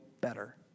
better